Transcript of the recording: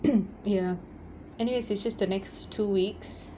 ya anyway it's just the next two weeks